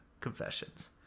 confessions